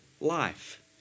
life